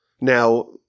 Now